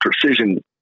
precision